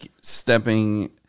stepping